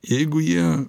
jeigu jie